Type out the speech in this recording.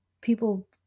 people